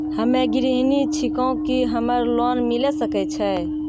हम्मे गृहिणी छिकौं, की हमरा लोन मिले सकय छै?